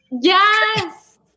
Yes